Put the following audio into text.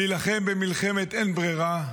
להילחם במלחמת אין-ברירה,